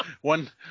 One